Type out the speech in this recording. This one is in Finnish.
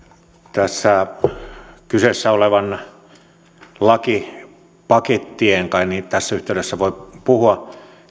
tässä kyseessä olevia lakipaketteja kai tässä yhteydessä niin voi puhua